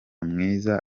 mwiza